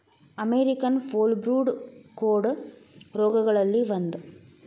American foulbrood ಕೋಡ ರೋಗಗಳಲ್ಲಿ ಒಂದ